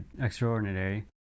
extraordinary